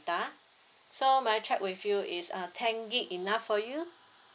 so may I check with you is uh ten gig enough for you